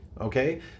okay